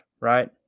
right